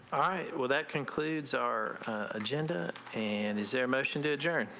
ah with that concludes our agenda and is there a motion to adjourn.